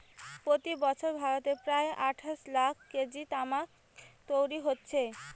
প্রতি বছর ভারতে প্রায় আটশ লাখ কেজি তামাক তৈরি হচ্ছে